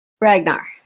Ragnar